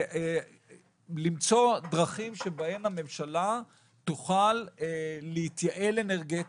ולמצוא דרכים שבהם הממשלה תוכל להתייעל אנרגטית,